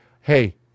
hey